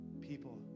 people